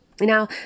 Now